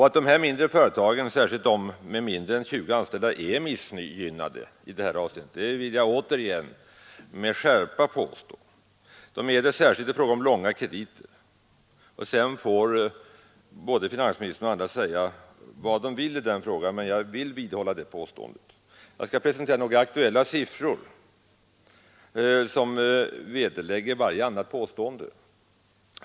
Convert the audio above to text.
Att de mindre företagen, särskilt de med mindre än 20 anställda, är missgynnade i det här avseendet vill jag återigen med skärpa påstå. De är missgynnade särskilt i fråga om långa krediter. Sedan får både finansministern och andra säga vad de vill i den frågan, men jag vidhåller det påståendet, och jag skall presentera några aktuella siffror som vederlägger varje annat påstående.